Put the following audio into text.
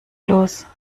los